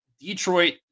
Detroit